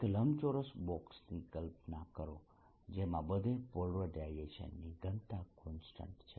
એક લંબચોરસ બોક્સની કલ્પના કરો જેમાં બધે પોલરાઇઝેશનની ઘનતા કોન્સ્ટન્ટ છે